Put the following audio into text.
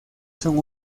son